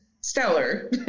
stellar